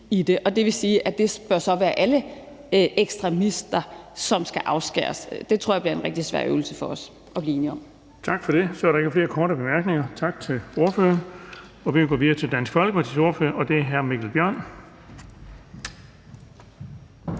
Det vil sige, at det så bør være alle ekstremister, som skal afskæres. Det tror jeg bliver en rigtig svær øvelse for os at blive enige om. Kl. 11:47 Den fg. formand (Erling Bonnesen): Så er der ikke flere korte bemærkninger. Tak til ordføreren. Vi kan gå videre til Dansk Folkepartis ordfører, og det er hr. Mikkel Bjørn.